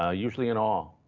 ah usually in awe.